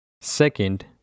Second